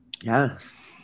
Yes